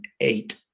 eight